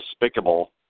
despicable